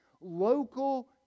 Local